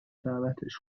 دعوتش